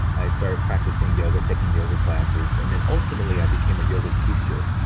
i had started practicing yoga, taking yoga classes, and then ultimately, i became a yoga teacher.